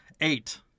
Eight